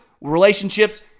relationships